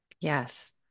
Yes